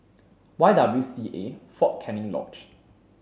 Y W C A Fort Canning Lodge